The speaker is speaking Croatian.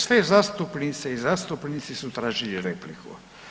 Sve zastupnice i zastupnici su tražili repliku.